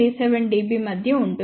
37 dB మధ్య ఉంటుంది